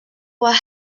what